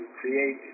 create